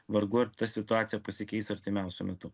vargu ar ta situacija pasikeis artimiausiu metu